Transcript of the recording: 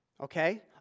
Okay